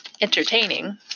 entertaining